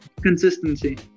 consistency